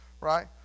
right